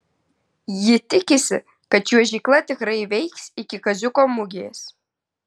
ji tikisi kad čiuožykla tikrai veiks iki kaziuko mugės